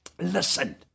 Listen